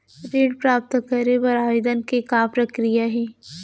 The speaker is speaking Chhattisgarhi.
ऋण प्राप्त करे बर आवेदन के का प्रक्रिया हे?